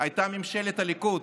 היה ממשלת הליכוד,